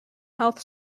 health